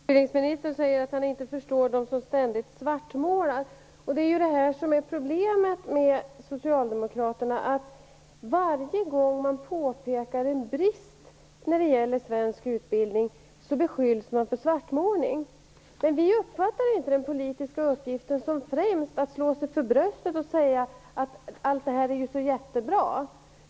Fru talman! Utbildningsministern säger att han inte förstår dem som ständigt svartmålar. Det är det som är problemet med Socialdemokraterna; varje gång man påpekar en brist i svensk utbildning beskylls man för svartmålning. Vi moderater uppfattar inte den politiska uppgiften främst som att slå sig för bröstet och säga att allting är jättebra.